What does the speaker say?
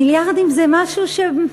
מיליארדים זה משהו, 2%,